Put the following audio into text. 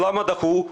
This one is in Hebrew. למה דחו?